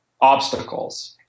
obstacles